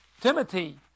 Timothy